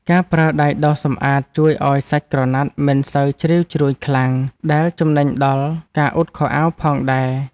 ការប្រើដៃដុសសម្អាតជួយឱ្យសាច់ក្រណាត់មិនសូវជ្រីវជ្រួញខ្លាំងដែលចំណេញដល់ការអ៊ុតខោអាវផងដែរ។